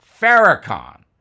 Farrakhan